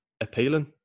appealing